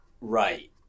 right